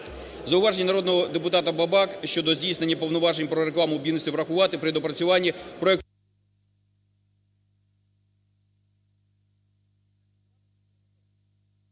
Зауваження народного депутата Бабак щодо здійснення повноважень про рекламу у будівництві врахувати при доопрацюванні…